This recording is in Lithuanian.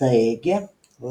taigi